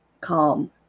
calm